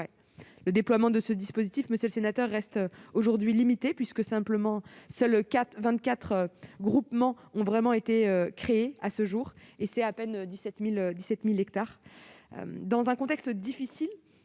Le déploiement de ce dispositif, monsieur le sénateur, reste aujourd'hui limité, puisque seuls vingt-quatre groupements ont été créés à ce jour, représentant à peine 17 000 hectares. Dans un contexte difficile